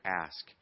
Ask